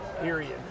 Period